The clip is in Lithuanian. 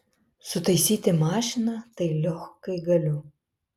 sutaisyti mašiną tai liochkai galiu